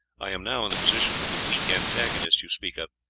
i am now in the position of the weak antagonist you speak of,